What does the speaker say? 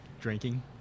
drinking